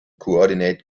coordinate